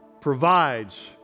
provides